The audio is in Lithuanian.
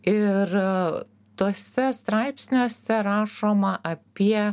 ir tuose straipsniuose rašoma apie